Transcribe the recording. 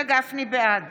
בעד